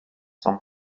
son